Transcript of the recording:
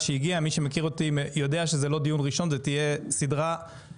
זאת תהיה סדרה שתעקוב אחרי כל מה שדיברנו עליו.